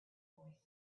boy